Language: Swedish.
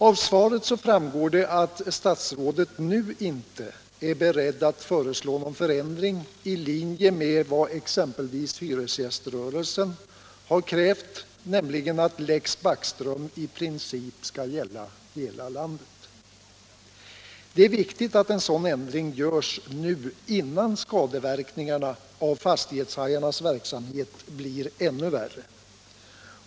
Av svaret framgår att statsrådet nu inte är beredd att föreslå någon förändring i linje med vad exempelvis hyresgäströrelsen har krävt, nämligen att Lex Backström i princip skall gälla hela landet. Det är viktigt att sådan ändring görs nu innan skadeverkningarna av fastighetshajarnas verksamhet blir ännu värre.